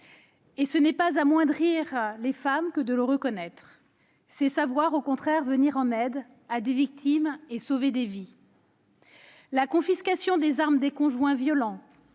Ce n'est pas amoindrir les femmes que de le reconnaître, c'est au contraire savoir venir en aide à des victimes et sauver des vies. La confiscation des armes des conjoints violents,